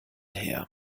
her